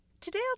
Today